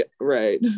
Right